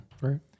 Right